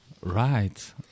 Right